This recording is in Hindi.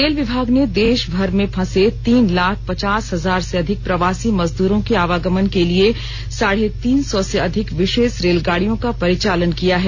रेल विभाग ने देशभर में फंसे तीन लाख पचास हजार से अधिक प्रवासी मजदूरों के आवागमन के लिए साढे तीन सौ से अधिक विशेष रेलगाडियों का परिचालन किया है